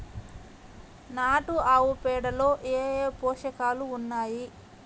నాటు ఆవుపేడలో ఏ ఏ పోషకాలు ఉన్నాయి?